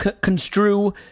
construe